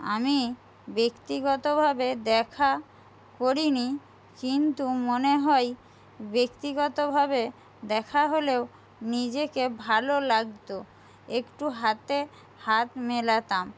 আমি ব্যক্তিগতভাবে দেখা করিনি কিন্তু মনে হয় ব্যক্তিগতভাবে দেখা হলেও নিজেকে ভালো লাগতো একটু হাতে হাত মেলাতাম